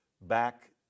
back